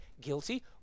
guilty